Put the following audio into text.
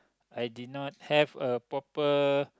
I did not have a proper